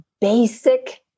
basic